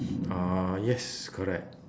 uh yes correct